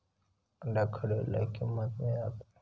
अंड्याक खडे लय किंमत मिळात?